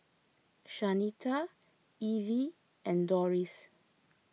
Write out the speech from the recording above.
Shanita Evie and Doris